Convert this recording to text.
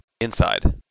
inside